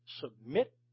submit